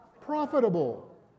Profitable